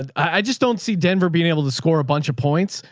i just don't see denver being able to score a bunch of points.